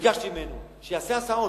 וביקשתי ממנו שיעשה הסעות,